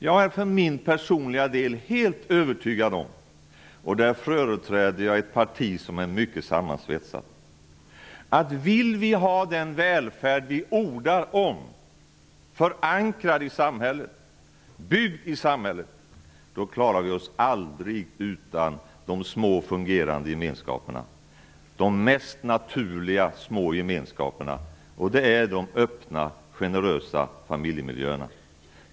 Jag är för min personliga del helt övertygad om -- och här företräder jag ett parti som är mycket sammansvetsat -- att om vi vill ha den välfärd som vi ordar om förankrad och byggd i samhället, klarar vi oss aldrig utan de små fungerande gemenskaperna, de mest naturliga små gemenskaperna. Och det är de öppna generösa familjemiljöerna.